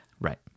Right